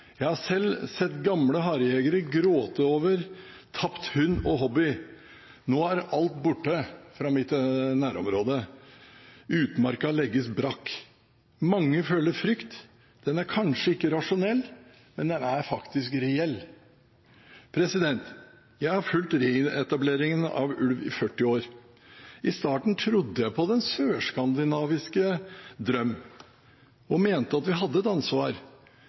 jeg har selv sett gamle harejegere gråte over tapt hund og hobby. Nå er alt borte fra mitt nærområde. Utmarka legges brakk. Mange føler frykt, den er kanskje ikke rasjonell, men den er faktisk reell. Jeg har fulgt reetableringen av ulv i 40 år. I starten trodde jeg på den «sørskandinaviske drøm» og mente at vi hadde et ansvar.